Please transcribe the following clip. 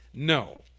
No